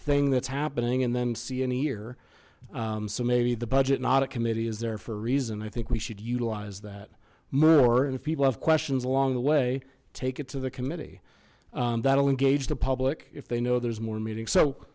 thing that's happening and then see an ear so maybe the budget and audit committee is there for a reason i think we should utilize that more and if people have questions along the way take it to the committee that'll engage the public if they know there's more meeting so